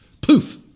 Poof